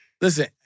listen